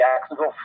Jacksonville